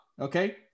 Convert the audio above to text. okay